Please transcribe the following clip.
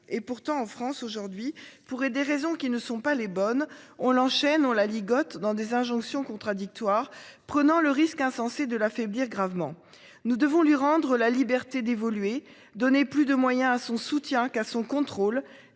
Et pourtant en France aujourd'hui pour des raisons qui ne sont pas les bonnes. On enchaîne, on la ligote dans des injonctions contradictoires, prenant le risque insensé de l'affaiblir gravement. Nous devons lui rendre la liberté d'évoluer. Donner plus de moyens à son soutien qu'à son contrôle